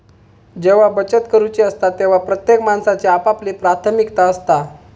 जेव्हा बचत करूची असता तेव्हा प्रत्येक माणसाची आपापली प्राथमिकता असता